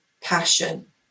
passion